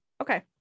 okay